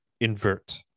invert